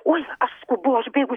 oi aš skubu aš bėgu